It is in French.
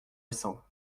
récents